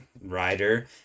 rider